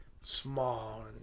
small